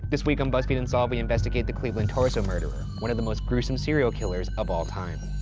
this week on buzzfeed unsolved we investigate the cleveland torso murderer, one of the most gruesome serial killers of all time.